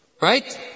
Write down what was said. Right